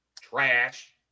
Trash